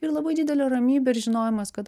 ir labai didelė ramybė ir žinojimas kad